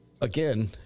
again